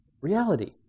reality